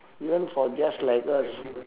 even for just like us